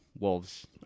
Wolves